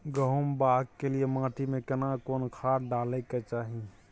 गहुम बाग के लिये माटी मे केना कोन खाद डालै के चाही?